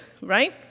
right